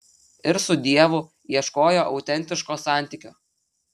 ir su dievu ieškojo autentiško santykio